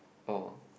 oh